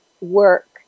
work